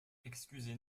excusez